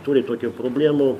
turi tokių problemų